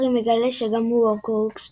הארי מגלה שגם הוא הורקרוקס,